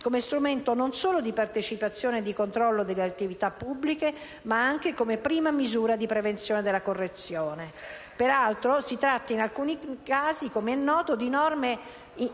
come strumento non solo di partecipazione e di controllo delle attività pubbliche, ma anche come prima misura di prevenzione della corruzione. Peraltro, si tratta in alcuni casi di norme